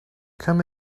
come